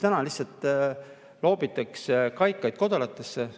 täna lihtsalt loobitakse kaikaid kodaratesse.